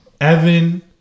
Evan